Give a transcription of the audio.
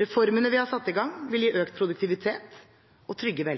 Reformene vi har satt i gang, vil gi økt produktivitet og trygge